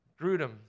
Grudem